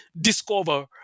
discover